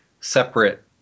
separate